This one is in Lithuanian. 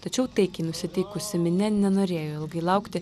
tačiau taikiai nusiteikusi minia nenorėjo ilgai laukti